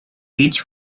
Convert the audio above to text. beach